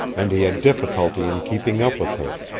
and he had difficulty in keeping up with her,